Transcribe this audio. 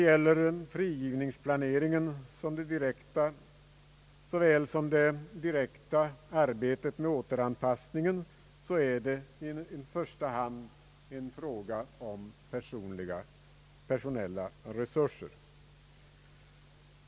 Såväl frigivningsplaneringen som det direkta arbetet med återanpassningen är i första hand en fråga om personella resurser.